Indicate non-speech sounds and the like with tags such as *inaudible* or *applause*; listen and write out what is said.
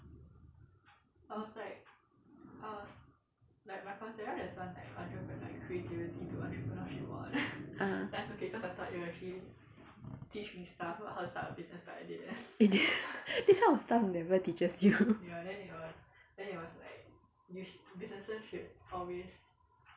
(uh huh) it didn't *laughs* this kind of stuff never teaches you *laughs*